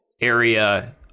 area